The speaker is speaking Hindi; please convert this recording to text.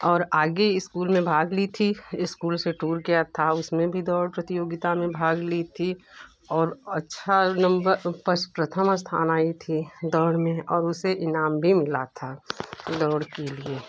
और आगे स्कूल में भाग ली थी स्कूल से टूर गया था उसमें भी दौड़ प्रतियोगता में भाग ली थी और अच्छा नंबर फर्स्ट प्रथम स्थान आई थी दौड़ में और उसे इनाम भी मिला था दौड़ के लिए